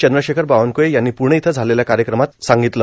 चंद्रशेखर बावनकृळे यांनी प्णे इथं झालेल्या कार्यक्रमात केलं